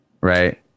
right